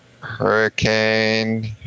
Hurricane